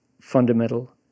fundamental